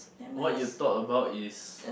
what you talk about is